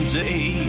day